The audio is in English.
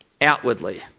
outwardly